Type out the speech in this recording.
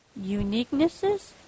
Uniquenesses